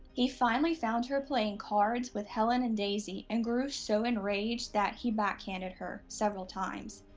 he finally found her playing cards with helen and daisie and grew so enraged that he backhanded her several times.